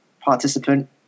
participant